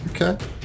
Okay